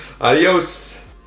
Adios